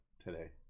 today